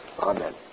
Amen